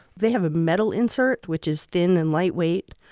they have a metal insert which is thin and lightweight.